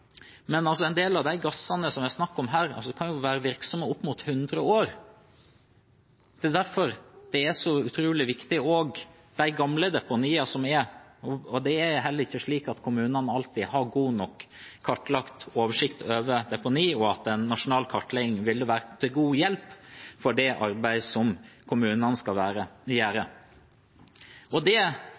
en del av gassene det er snakk om her, kan jo være virksomme i opp mot 100 år. Derfor er også de gamle deponiene utrolig viktige. Det er heller ikke slik at kommunene alltid har god nok oversikt over deponiene, og en nasjonal kartlegging ville vært til god hjelp i arbeidet som kommunene skal gjøre. En slik kartlegging, og